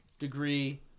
degree